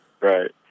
Right